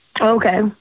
Okay